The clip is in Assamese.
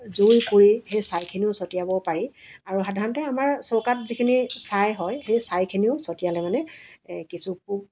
গুড়়ি কৰি সেই ছাইখিনিও ছটিয়াব পাৰি আৰু সাধাৰণতে আমাৰ চৌকাত যিখিনি চাই হয় সেই ছাইখিনিও ছটিয়ালে মানে এই কিছু পোক